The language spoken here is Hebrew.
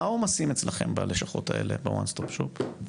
מה העומסים אצלכם בלשכות האלה ב-"one stop shop" כרגע?